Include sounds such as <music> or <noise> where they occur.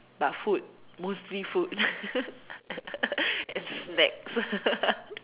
but food mostly food <laughs> and snacks <laughs>